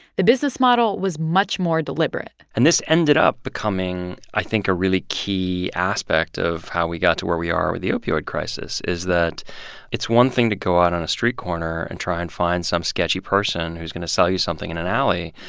the business model was much more deliberate and this ended up becoming, i think, a really key aspect of how we got to where we are with the opioid crisis is that it's one thing to go out on a street corner and try and find some sketchy person who's going to sell you something in an alley.